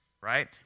right